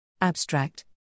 Abstract